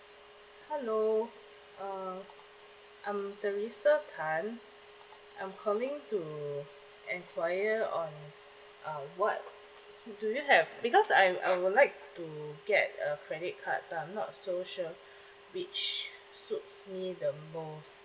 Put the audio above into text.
hello uh I'm teresa tan I'm calling to enquire on uh what do you have because I I would like to get a credit card but I'm not so sure which suits me the most